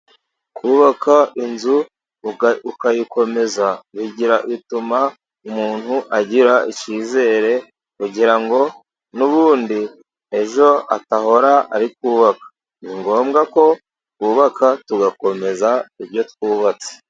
Kubaka inzu ukayikomeza bituma umuntu agira icyizere, kugira ngo n'ubundi ejo adahora ari kubabaka. Ni ngombwa ko twubaka tugakomeza ibyo twubatse.